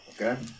Okay